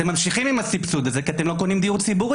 אתם ממשיכים עם הסבסוד הזה כי אתם לא קונים דיור ציבורי.